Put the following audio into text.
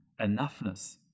enoughness